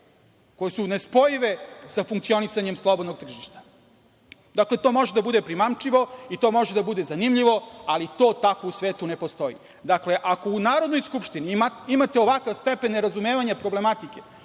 koje su nespojive sa funkcionisanjem slobodnog tržišta. To može da bude primamljivo i može da bude zanimljivo, ali to tako u svetu ne postoji. Dakle, ako u Narodnoj skupštini imate ovakav stepen nerazumevanja problematike